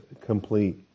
complete